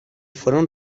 fueron